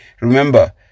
remember